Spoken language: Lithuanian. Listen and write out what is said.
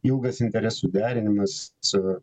ilgas interesų derinimas su